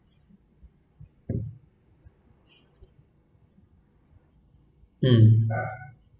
um